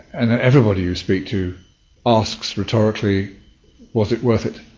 and everybody you speak to asks rhetorically was it worth it?